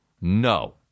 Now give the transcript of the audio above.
no